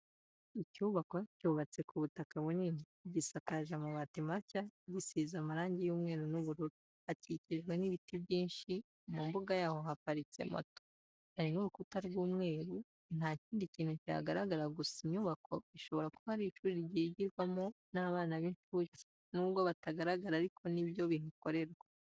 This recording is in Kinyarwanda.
Icyubakwa cyubatse ku butaka bunini gisakaje amabati mashya gisize amarangi y'umweru n'ubururu, hakikijwe n'ibiti byinshi, mu mbuga yaho haparitse moto. Hari n'urukuta rw'umweru, nta kindi kintu kihagaragara gusa inyubako ishobora kuba ari ishuri ryigirwamo abana b'incuke, nubwo batagaragara ariko ni byo bihakorerwa.